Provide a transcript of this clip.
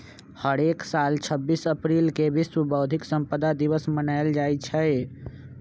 हरेक साल छब्बीस अप्रिल के विश्व बौधिक संपदा दिवस मनाएल जाई छई